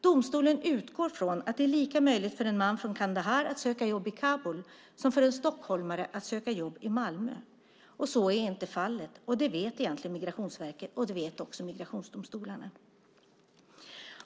Domstolen utgår från att det är lika möjligt för en man från Kandahar att söka jobb i Kabul som för en stockholmare att söka jobb i Malmö. Så är inte fallet, och det vet Migrationsverket, och det vet också migrationsdomstolarna.